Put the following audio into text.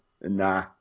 nah